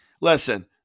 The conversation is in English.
Listen